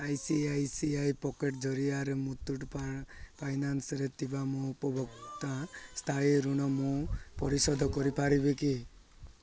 I C I C I pocket ଜରିଆରେ ମୁଥୁଟ୍ ଫା ଫାଇନାନ୍ସରେ ଥିବା ମୋ ଉପଭୋକ୍ତା ସ୍ଥାୟୀ ଋଣ ମୁଁ ପରିଶୋଧ କରିପାରିବି କି